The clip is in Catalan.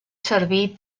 servir